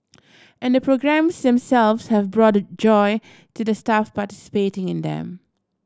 and the programmes themselves have brought joy to the staff participating in them